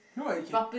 no what you can